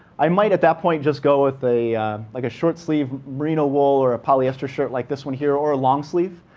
i might at that point just go with a like short sleeved merino wool or a polyester shirt like this one here, or a long sleeve.